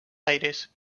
aires